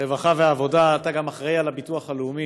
הרווחה והעבודה, אתה גם אחראי לביטוח הלאומי.